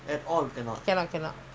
a bit cheaper